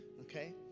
Okay